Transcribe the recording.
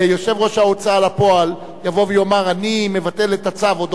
ויושב-ראש ההוצאה לפועל יבוא ויאמר: אני מבטל את הצו,